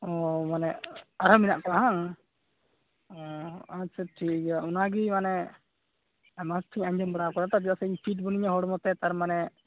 ᱚ ᱢᱟᱱᱮ ᱟᱨᱚ ᱢᱮᱱᱟᱜ ᱠᱚᱣᱟ ᱵᱟᱝ ᱚ ᱟᱪᱪᱷᱟ ᱴᱷᱤᱠ ᱜᱮᱭᱟ ᱚᱱᱟ ᱜᱮ ᱢᱟᱱᱮ ᱟᱭᱢᱟ ᱦᱚᱲ ᱴᱷᱮᱱᱤᱧ ᱟᱸᱡᱚᱢ ᱵᱟᱲᱟ ᱟᱠᱟᱫᱟ ᱛᱚ ᱪᱮᱫᱟᱜ ᱥᱮ ᱯᱷᱤᱴ ᱵᱟᱹᱱᱩᱧᱟ ᱦᱚᱲᱢᱚ ᱛᱮ ᱛᱟᱨᱢᱟᱱᱮ